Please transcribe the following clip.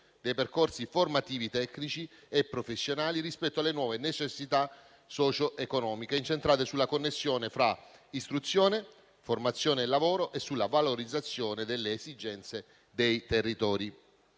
dei percorsi formativi tecnici e professionali rispetto alle nuove necessità socio-economiche incentrate sulla connessione fra istruzione, formazione e lavoro e sulla valorizzazione delle esigenze dei territori.